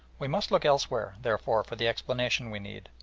we must look elsewhere, therefore, for the explanation we need,